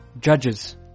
judges